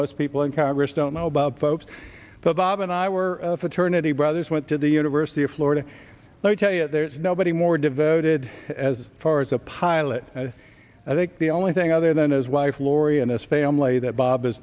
most people in congress don't know about folks but bob and i were a fraternity brothers went to the university of florida let me tell you there's nobody more devoted as far as a pilot i think the only thing other than his wife laurie and his family that bo